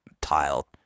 tile